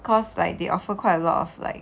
cause like they offer quite a lot of like